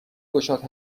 گشاد